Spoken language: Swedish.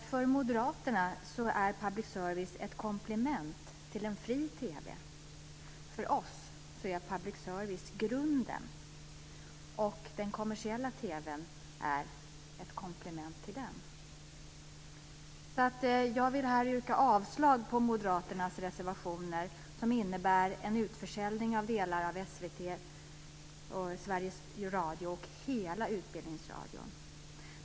För Moderaterna är public service ett komplement till en fri TV. För oss är public service grunden, och den kommersiella TV:n är ett komplement till den. Jag vill därför yrka avslag på Moderaternas reservationer som innebär en utförsäljning av delar av SVT och Sveriges Radio och hela utbildningsradion.